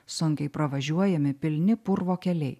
sunkiai pravažiuojami pilni purvo keliai